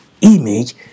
image